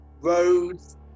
Roads